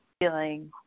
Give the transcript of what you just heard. feeling